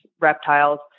reptiles